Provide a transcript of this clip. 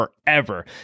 forever